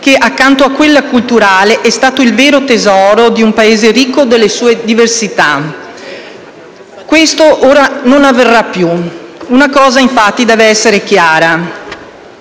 che, accanto a quella culturale, è stata il vero tesoro di un Paese ricco delle sue diversità. Questo ora non avverrà più. Una cosa, infatti, deve essere chiara.